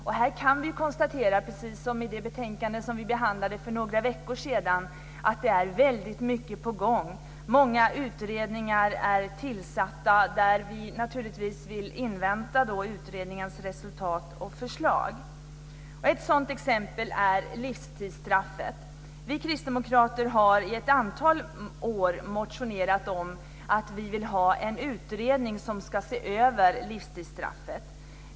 Precis som det konstaterades i det betänkande som vi behandlade för några veckor sedan är det väldigt mycket på gång. Många utredningar är tillsatta, och vi vill invänta dessa utredningars resultat och förslag. Ett sådant exempel är livstidsstraffet. Vi kristdemokrater har i ett antal år motionerat om att vi vill att en utredning ska se över livstidsstraffet.